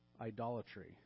idolatry